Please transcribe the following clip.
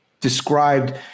described